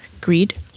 greed